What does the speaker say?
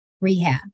rehab